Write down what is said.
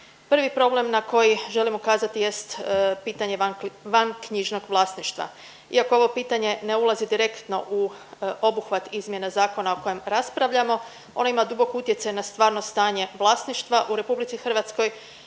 Prvi problem na koji želim ukazati jest pitanje vanknjižnog vlasništva. Iako ovo pitanje ne ulazi direktno u obuhvat izmjena zakona o kojem raspravljamo ono ima dubok utjecaj na stvarno stanje vlasništva u RH, imamo